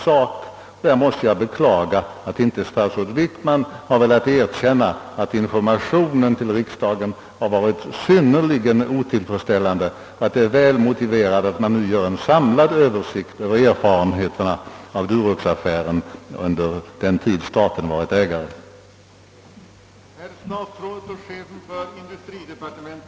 Därvidlag måste jag beklaga att statsrådet Wickman inte velat erkänna att informationen till riksdagen varit synnerligen otillfredsställande och att det är väl motiverat att nu göra en samlad översikt över erfarenheterna av Duroxaffären under den tid staten varit ägare till bolaget.